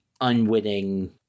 unwitting